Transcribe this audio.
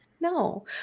No